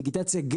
דיגיטציה,